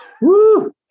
woo